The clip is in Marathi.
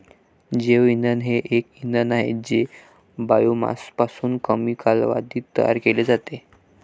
जैवइंधन हे एक इंधन आहे जे बायोमासपासून कमी कालावधीत तयार केले जाते